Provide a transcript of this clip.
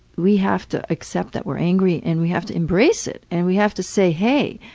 we have to accept that we're angry and we have to embrace it. and we have to say, hey,